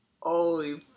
Holy